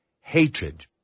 hatred